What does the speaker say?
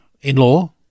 In-law